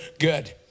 good